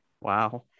Wow